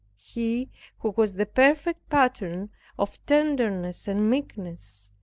he who was the perfect pattern of tenderness and meekness,